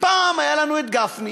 פעם היה לנו גפני,